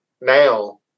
now